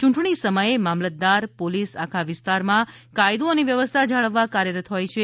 ચૂંટણી સમયે મામલતદાર પોલીસ આખા વિસ્તારમાં કાયદો અને વ્યવસ્થા જાળવવા કાર્યરત હોય છે